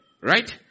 Right